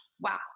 wow